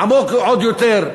עמוק עוד יותר.